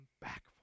back